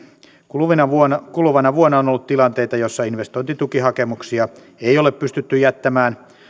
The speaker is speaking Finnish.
kuluvana vuonna kuluvana vuonna on ollut tilanteita joissa investointitukihakemuksia ei ole pystytty jättämään